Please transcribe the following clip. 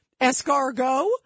escargot